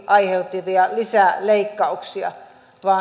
aiheutuvia lisäleikkauksia